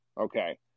okay